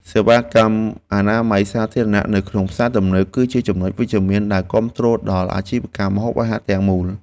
សេវាកម្មអនាម័យសាធារណៈនៅក្នុងផ្សារទំនើប គឺជាចំណុចវិជ្ជមានដែលគាំទ្រដល់អាជីវកម្មម្ហូបអាហារទាំងមូល។